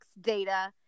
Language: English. data